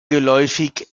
geläufig